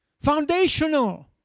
Foundational